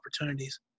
opportunities